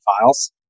files